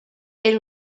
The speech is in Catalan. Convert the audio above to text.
era